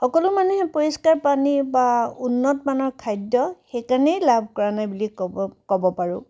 সকলো মানুহেই পৰিস্কাৰ পানী বা উন্নতমানৰ খাদ্য সেইকাৰণেই লাভ কৰা নাই বুলি ক'ব ক'ব পাৰোঁ